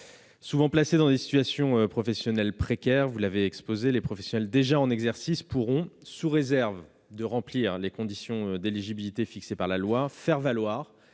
Souvent placés dans des situations professionnelles précaires- vous l'avez indiqué -, les professionnels déjà en exercice pourront, sous réserve de remplir les conditions d'éligibilité fixées par la loi, faire valoir